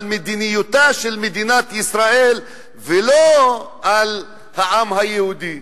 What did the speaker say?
מדיניותה של מדינת ישראל ולא על העם היהודי?